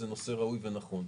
זה נושא ראוי ונכון.